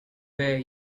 were